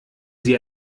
sie